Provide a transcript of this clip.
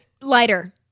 lighter